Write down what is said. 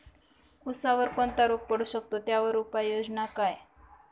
ऊसावर कोणता रोग पडू शकतो, त्यावर उपाययोजना काय?